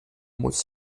muss